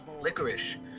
Licorice